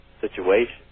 situation